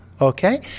Okay